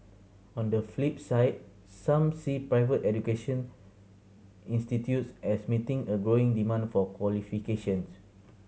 on the flip side some see private education institutes as meeting a growing demand for qualifications